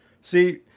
See